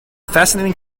fascinating